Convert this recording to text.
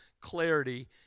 clarity